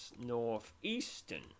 northeastern